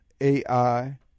AI